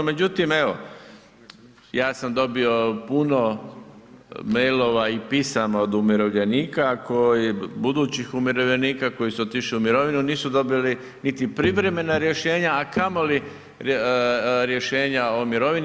Međutim, evo, ja sam dobio puno mailova i pisama od umirovljenika, budućih umirovljenika koji su otišli u mirovinu nisu dobili niti privremena rješenja a kamoli rješenja o mirovini.